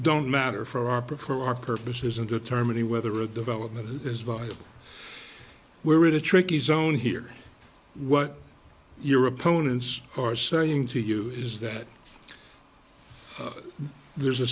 don't matter for opera for our purposes in determining whether a development is viable where it is a tricky zone here what your opponents are saying to you is that there's a